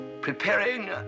Preparing